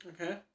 Okay